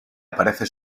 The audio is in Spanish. aparece